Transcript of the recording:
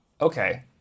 okay